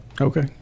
Okay